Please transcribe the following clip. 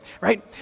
right